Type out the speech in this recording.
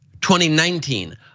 2019